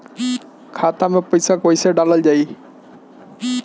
खाते मे पैसा कैसे डालल जाई?